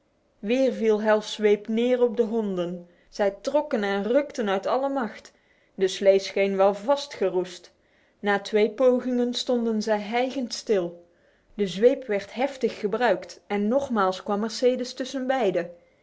weer viel hal's zweep neer op de honden zij trokken en rukten uit alle macht na twee pogingen stonden zij hijgend stil de zweep werd heftig gebruikt en nogmaals kwam mercedes